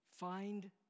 find